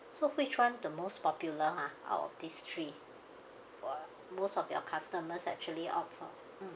so which one the most popular ha out of these three uh most of your customers actually opt for mm